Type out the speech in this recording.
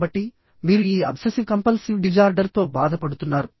కాబట్టి మీరు ఈ అబ్సెసివ్ కంపల్సివ్ డిజార్డర్తో బాధపడుతున్నారు